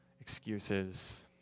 excuses